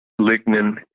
lignin